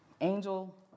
Angel